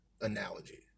analogy